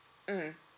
mm